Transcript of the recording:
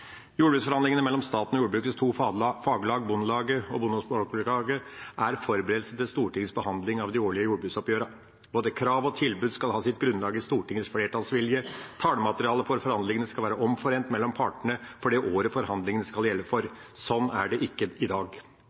Jordbruksforhandlingene mellom staten og jordbrukets to faglag, Bondelaget og Bonde- og Småbrukarlaget, er forberedelse til Stortingets behandling av de årlige jordbruksoppgjørene. Både krav og tilbud skal ha sitt grunnlag i Stortingets flertallsvilje, og tallmaterialet for forhandlingene skal være omforent mellom partene for det året forhandlingene skal gjelde for. Sånn er det ikke i dag.